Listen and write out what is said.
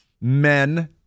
men